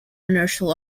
inertial